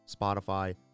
Spotify